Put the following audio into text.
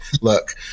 look